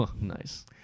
nice